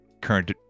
current